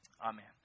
Amen